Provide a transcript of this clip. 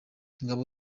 ingabo